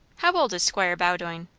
how old is squire bowdoin?